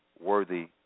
worthy